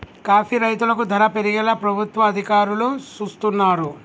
coffee రైతులకు ధర పెరిగేలా ప్రభుత్వ అధికారులు సూస్తున్నారు